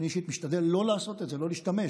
אני אישית משתדל לא לעשות את זה, לא להשתמש,